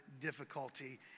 difficulty